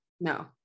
no